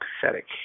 pathetic